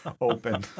Open